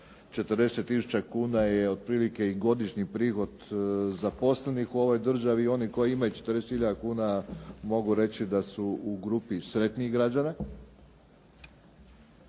tisuća kuna je otprilike i godišnji prihod zaposlenih u ovoj državi i oni koji imaju 40 hiljada kuna mogu reći da su u grupi sretnijih građana.